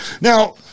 Now